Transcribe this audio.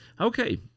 Okay